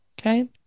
Okay